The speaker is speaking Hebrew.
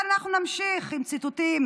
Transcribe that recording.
אבל אנחנו נמשיך עם ציטוטים